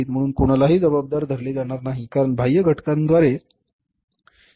म्हणून कोणालाही जबाबदार धरले जाणार नाही कारण बाह्य घटकांद्वारे किंमत निश्चित केली जाते